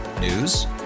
News